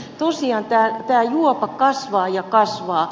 tosiaan tämä juopa kasvaa ja kasvaa